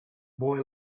boy